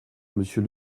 monsieur